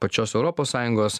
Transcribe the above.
pačios europos sąjungos